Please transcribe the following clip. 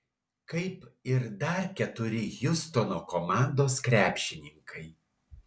kaip ir dar keturi hjustono komandos krepšininkai